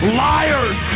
liars